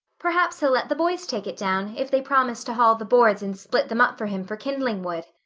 perhaps he'll let the boys take it down if they promise to haul the boards and split them up for him for kindling wood,